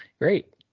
great